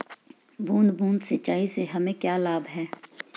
बूंद बूंद सिंचाई से हमें क्या लाभ है?